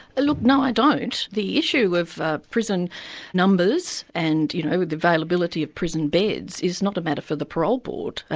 ah look no, i don't. the issue of ah prison numbers and you know the availability of prison beds, is not a matter for the parole board,